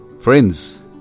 Friends